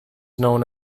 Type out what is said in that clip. known